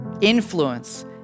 influence